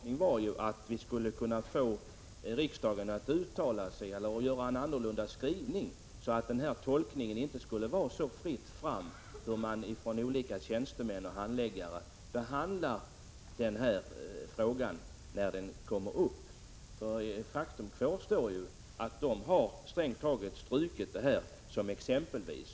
Herr talman! Låt mig till Rolf Clarkson säga att anledningen till motionen är just den tolkning som man tillämpar. Min förhoppning var att vi skulle kunna få riksdagen att uttala sig för en annorlunda skrivning, så att det inte skulle vara så fritt för de tjänstemän och handläggare som behandlar denna fråga. Faktum kvarstår ju att dessa personer strängt taget har strukit ordet ”exempelvis”.